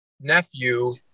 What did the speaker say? nephew